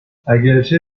اگرچه